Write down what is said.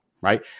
right